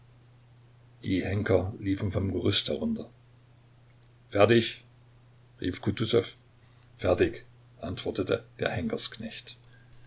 die henker liefen vom gerüst herunter fertig rief kutusow fertig antwortete der henkersknecht